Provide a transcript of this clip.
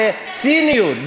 בציניות,